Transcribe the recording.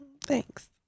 Thanks